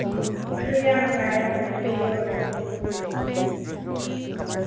ꯍꯣꯍꯣꯏ ꯑꯗꯨꯗꯤ ꯌꯥꯝ ꯅꯨꯡꯉꯥꯏꯔꯦ ꯑꯃꯨꯛ ꯉꯁꯤꯒꯤꯗꯤ ꯌꯧꯔꯒꯦ ꯎꯝ ꯊꯝꯃꯦ ꯊꯝꯃꯦ